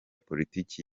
politiki